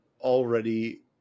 already